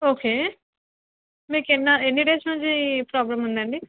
okay మీకు ఎన్ని days నుంచి ప్రాబ్లమ్ ఉందండి